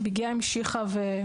הפגיעה המשיכה.